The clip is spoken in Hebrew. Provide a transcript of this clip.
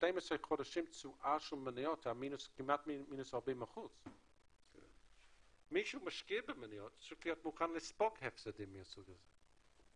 12 החודשים של תשואה של מניות זה כמעט מינוס 40%. מי שמשקיע במניות פשוט מוכן לספוג הפסדים מהסוג הזה.